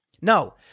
No